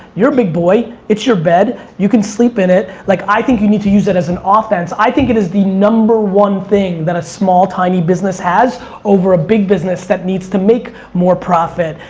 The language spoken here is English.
you're a big boy, it's your bed, you can sleep in it. like i think you need to use it as an offense, i think it is the number one thing that a small tiny business has over a big business that needs to make more profit,